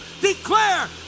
declare